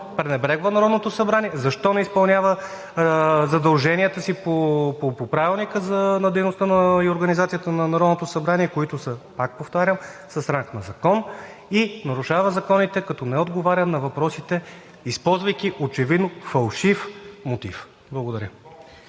пренебрегва Народното събрание. Защо не изпълнява задълженията си по Правилника за организацията и дейността на Народното събрание, които са, пак повтарям, с ранг на закон, и нарушава законите, като не отговаря на въпросите, използвайки очевидно фалшив мотив? Благодаря.